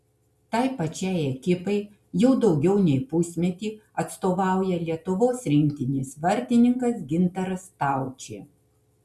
tai pačiai ekipai jau daugiau nei pusmetį atstovauja lietuvos rinktinės vartininkas gintaras staučė